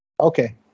okay